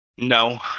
No